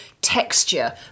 texture